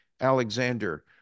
Alexander